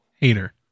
Hater